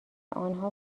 آنها